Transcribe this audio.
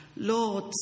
Lord